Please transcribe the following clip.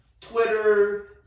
Twitter